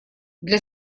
для